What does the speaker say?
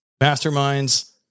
masterminds